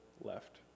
left